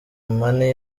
mane